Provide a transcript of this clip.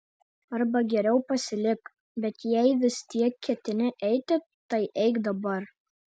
arba geriau pasilik bet jei vis tiek ketini eiti tai eik dabar